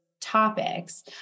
topics